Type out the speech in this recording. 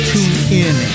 TuneIn